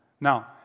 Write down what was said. Now